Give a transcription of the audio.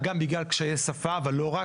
גם בגלל קשיי שפה ולא רק,